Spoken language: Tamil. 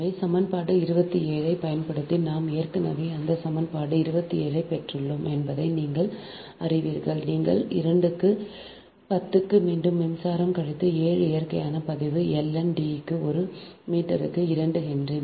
எனவே சமன்பாடு 27 ஐப் பயன்படுத்தி நாம் ஏற்கனவே அந்த சமன்பாடு 27 ஐப் பெற்றுள்ளோம் என்பதை நீங்கள் அறிவீர்கள் நீங்கள் 2 க்கு 10 க்கு மீண்டும் மின்சாரம் கழித்து 7 இயற்கையான பதிவு L n D க்கு ஒரு மீட்டருக்கு 2 ஹென்றி